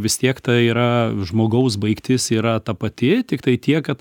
vis tiek tai yra žmogaus baigtis yra ta pati tiktai tiek kad